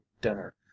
dinner